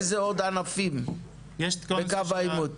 איזה עוד ענפים בקו העימות?